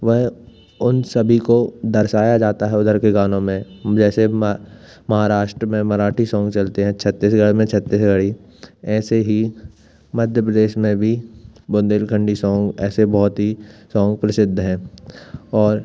वह उन सभी को दर्शाया जाता है उधर के गानों में जैसे महाराष्ट्र में मराठी सॉन्ग चलते हैं छत्तीसगढ़ में छत्तीसगढ़ी ऐसे ही मध्य प्रदेश में भी बुंदेलखंडी सॉन्ग ऐसे बहुत ही सॉन्ग प्रसिद्ध हैं और